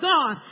God